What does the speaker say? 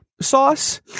sauce